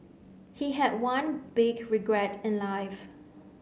he had one big regret in life